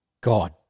God